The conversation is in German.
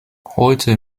heute